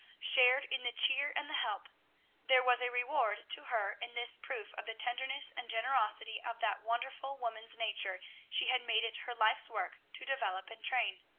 shared in the cheer and the help there was a reward to her in this proof of the tenderness and generosity of that wonderful woman's nature she had made it her life's work to develop and train.